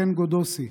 חן גודוסי,